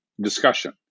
discussion